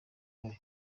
yayo